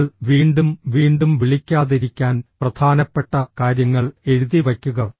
നിങ്ങൾ വീണ്ടും വീണ്ടും വിളിക്കാതിരിക്കാൻ പ്രധാനപ്പെട്ട കാര്യങ്ങൾ എഴുതി വയ്ക്കുക